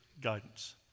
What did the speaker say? guidance